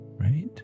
right